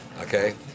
Okay